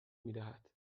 میدهد